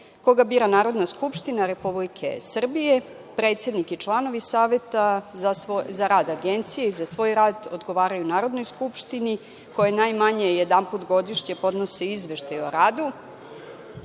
koga bira Narodna skupština Republike Srbije. Predsednik i članovi Saveta za rad Agencije i za svoj rad odgovaraju Narodnoj skupštini, koja najmanje jedanput godišnje podnosi izveštaj o radu